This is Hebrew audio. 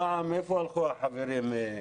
לאן הלכו החברים?